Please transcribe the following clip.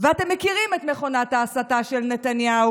ואתם מכירים את מכונת ההסתה של נתניהו,